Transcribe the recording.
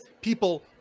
people